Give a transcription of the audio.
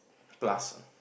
plus ah